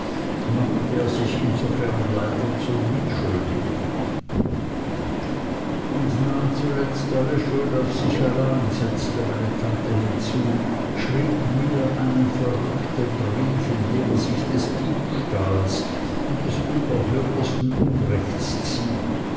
machte er sich insofern leider zum mitschuldigen und nahm zuletzt alle schuld auf sich allein setzte meine tante hinzu schrieb mir einen verrückten brief in dem er sich des diebstahls und unerhörtesten unrechts zieh